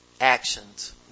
actions